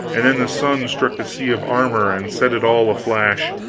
and then the sun struck the sea of armor and set it all aflash.